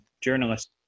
journalist